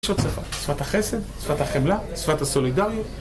יש עוד שפה, שפת החסד, שפת החמלה, שפת הסולידריה